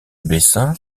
bessin